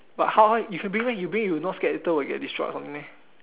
but how how you can bring meh you bring not scared later will get destroyed or something meh